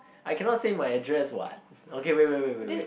I cannot say my address what okay wait wait wait wait wait